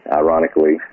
ironically